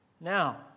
Now